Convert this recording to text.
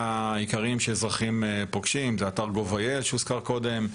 העיקריים שאזרחים פוגשים אתר gov.il שהוזכר קודם,